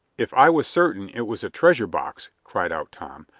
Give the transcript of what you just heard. if i was certain it was a treasure box, cried out tom